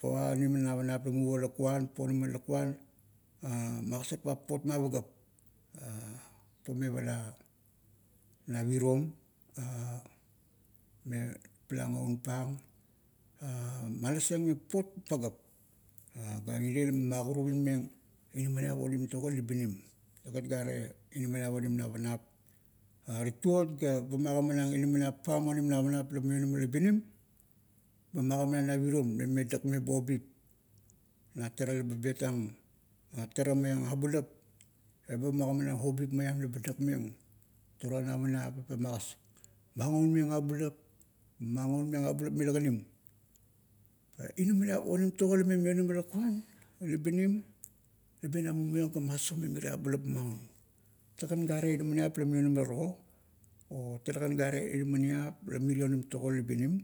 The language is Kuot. Pava onim navanap la muvo lakuan, pponama lakuan magasarpang papot ma pagap pame pala navirom me pala ngon pang malaseng meng papot pagap. Ga mirie la maguruvin meng inaminiap onim toge libinam, lagat gare inaminiap onim navanap. Tituot, ga ba, magamanang inaminiap pam onim navanap la mionama libinim, ba magamanang navirom la me dakmeng bo obip, na tara lababetang, tara maiang abulap, ma ngonmeng abulup mila kanim. Pa inamaniap onim togo lame mionama lakuan, libinim, leba ina mumiong ga masaumeng mirie abulap maun. takegan gare inaminiap la mionamaro, o talegan gare inaminiap la mirie onim togo libinim,